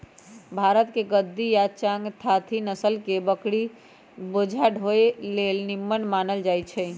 भारतके गद्दी आ चांगथागी नसल के बकरि बोझा ढोय लेल निम्मन मानल जाईछइ